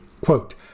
Quote